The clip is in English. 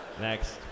Next